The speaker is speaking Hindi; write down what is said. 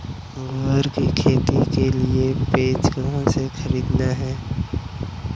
ग्वार की खेती के लिए बीज कहाँ से खरीदने हैं?